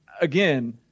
again